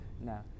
No